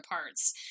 parts